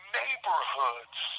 neighborhoods